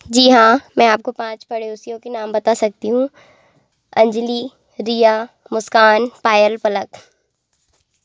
जी हाँ मैं आपको पाँच पड़ोसियों के नाम बता सकती हूँ अंजली रिया मुस्कान पायल पलक